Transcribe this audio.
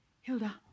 Hilda